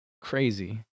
crazy